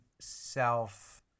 self